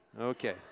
Okay